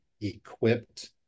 equipped